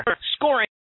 Scoring